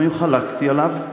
גם אם חלקתי עליו,